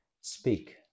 Speak